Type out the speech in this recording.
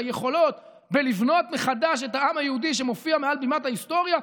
את היכולות בבנייה מחדש של העם היהודי שמופיע מעל בימת ההיסטוריה?